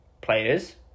players